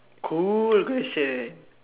cool question